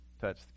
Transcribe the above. touch